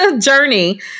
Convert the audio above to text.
journey